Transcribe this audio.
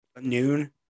noon